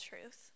truth